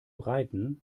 reiten